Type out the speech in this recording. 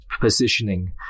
positioning